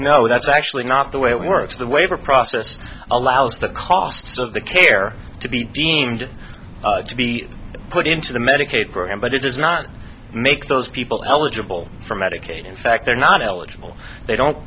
know that's actually not the way it works the way for process allows the costs of the care to be deemed to be put into the medicaid program but it does not make those people eligible for medicaid in fact they're not eligible they don't